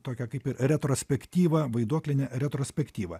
tokia kaip retrospektyva vaiduoklinė retrospektyva